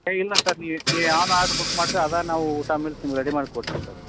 ಏ ಇಲ್ಲ ಸರ್ ನೀವು ಯಾವ್ದು ಆರ್ಡ್ರ್ ಬುಕ್ ಮಾಡ್ದ್ರೆ ಅದೇ ನಾವು ಊಟ ಮೀಲ್ಸ್ ನಿಮ್ಗೆ ರೆಡಿ ಮಾಡ್ಕೊಡ್ತೀವಿ ಸರ್